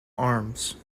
arms